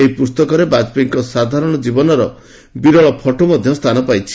ଏହି ପୁସ୍ତକରେ ବାଜପେୟୀଙ୍କ ସାଧାରଣ ଜୀବନର ବିରଳ ଫଟୋ ସ୍ଥାନ ପାଇଛି